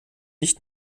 nicht